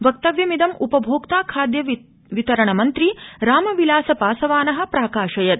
वक्तव्यिमदं उ भोक्ता खादय वितरणमन्त्री रामविलास ासवान प्राकाशयत्